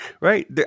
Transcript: Right